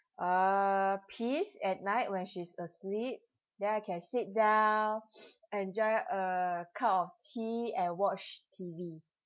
uh peace at night when she's asleep then I can sit down enjoy a cup of tea and watch T_V